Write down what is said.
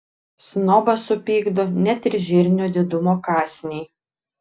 snobą supykdo net ir žirnio didumo kąsniai